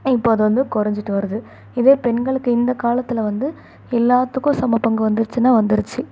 இப்போ அதுவந்து குறஞ்சிட்டு வருது இதே பெண்களுக்கு இந்த காலத்தில் வந்து எல்லாத்துக்கும் சம பங்கு வந்துருச்சின்னால் வந்துருச்சு